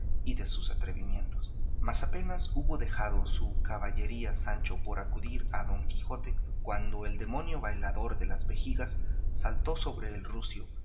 y de sus atrevimientos mas apenas hubo dejado su caballería sancho por acudir a don quijote cuando el demonio bailador de las vejigas saltó sobre el rucio